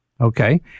okay